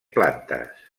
plantes